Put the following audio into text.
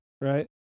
right